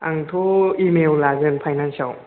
आंथ' इएमआइ आव लागोन फाइनासआव